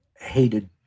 hated